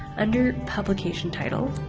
under publication title,